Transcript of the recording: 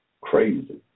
crazy